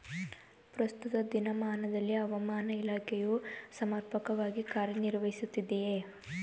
ಪ್ರಸ್ತುತ ದಿನಮಾನದಲ್ಲಿ ಹವಾಮಾನ ಇಲಾಖೆಯು ಸಮರ್ಪಕವಾಗಿ ಕಾರ್ಯ ನಿರ್ವಹಿಸುತ್ತಿದೆಯೇ?